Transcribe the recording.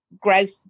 growth